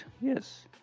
yes